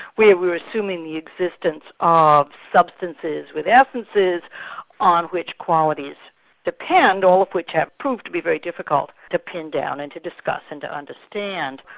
where we're assuming the existence of ah substances with essences on which qualities depends, or which have proved to be very difficult to pin down and to discuss and to understand.